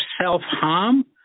self-harm